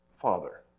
Father